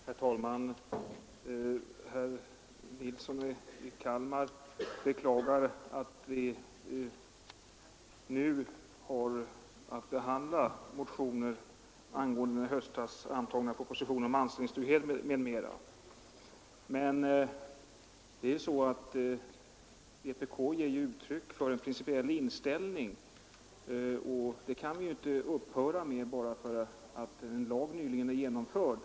Herr talman! Herr Nilsson i Kalmar beklagar att vi nu har att behandla motioner angående den i höstas antagna propositionen om anställningstrygghet m.m. Men vpk ger uttryck åt en principiell inställning, och detta kan vi naturligtvis inte upphöra med bara därför att en lag nyligen är införd.